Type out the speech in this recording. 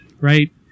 Right